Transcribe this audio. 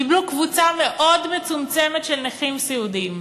קיבלה קבוצה מאוד מצומצמת של נכים סיעודיים.